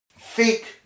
fake